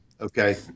Okay